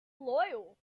loyal